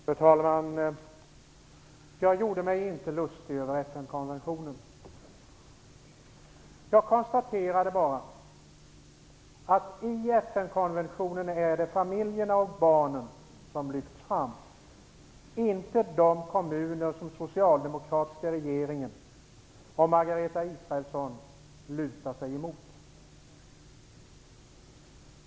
Fru talman! Jag gjorde mig inte lustig över FN konventionen. Jag konstaterade bara att det i FN konventionen är familjerna och barnen som lyfts fram och inte de kommuner som den socialdemokratiska regeringen och Margareta Israelsson lutar sig emot.